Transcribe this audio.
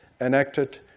enacted